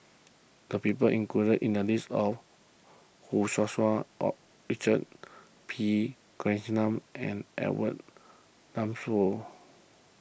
the people included in the list are Hu Tsu Tau Richard P Krishnan and Edwin Thumboo